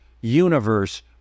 universe